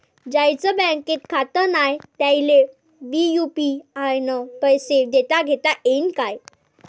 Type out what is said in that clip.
ज्याईचं बँकेत खातं नाय त्याईले बी यू.पी.आय न पैसे देताघेता येईन काय?